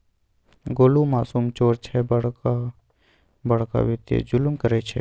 गोलु मासुल चोर छै बड़का बड़का वित्तीय जुलुम करय छै